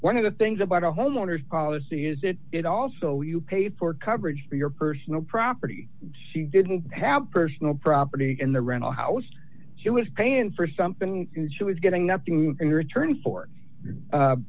one of the things about a homeowner's policy is that it also you pay for coverage for your personal property she didn't have personal property in the rental house she was paying for something and she was getting nothing in return for